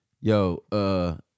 Yo